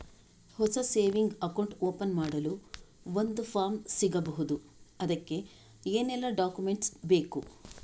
ಹೊಸ saving account open ಮಾಡಲು ಒಂದು ಫಾರ್ಮ್ ಸಿಗಬಹುದು? ಅದಕ್ಕೆ ಏನೆಲ್ಲಾ ಡಾಕ್ಯುಮೆಂಟ್ಸ್ ಬೇಕು?